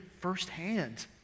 firsthand